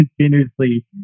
continuously